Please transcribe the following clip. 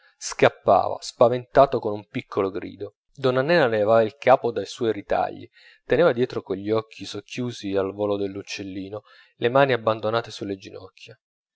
scappava spaventato con un piccolo grido donna nena levava il capo dai suoi ritagli teneva dietro con gli occhi socchiusi al volo dell'uccellino le mani abbandonate sulle ginocchia